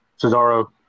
Cesaro